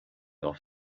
off